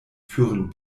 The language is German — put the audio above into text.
führen